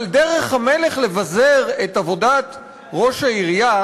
אבל דרך המלך לבזר את עבודת ראש העירייה